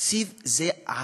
תקציב זה ערכים,